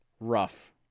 Rough